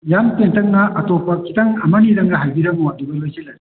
ꯌꯥꯝ ꯇꯦꯟꯇꯛꯅ ꯑꯇꯣꯞꯄ ꯈꯤꯇꯪ ꯑꯃ ꯑꯅꯤꯗꯪꯒ ꯍꯥꯏꯕꯤꯔꯝꯃꯣ ꯑꯗꯨꯒ ꯂꯣꯏꯁꯤꯜꯂꯁꯤ